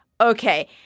Okay